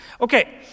Okay